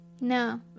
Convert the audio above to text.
No